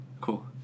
Cool